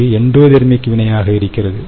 இது எண்டோதேர்மிக் வினையாக இருக்கிறது